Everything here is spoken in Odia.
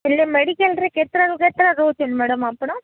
ହେଲେ ମେଡ଼ିକାଲ୍ରେ କେତେଟାରୁ କେତେଟା ରହୁଛନ୍ତି ମ୍ୟାଡ଼ାମ୍ ଆପଣ